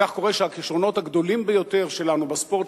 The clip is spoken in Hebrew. וכך קורה שהכשרונות הגדולים ביותר שלנו בספורט,